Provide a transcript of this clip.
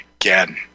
again